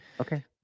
Okay